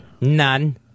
None